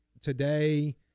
today